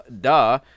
duh